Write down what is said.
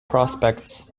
prospects